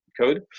code